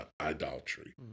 idolatry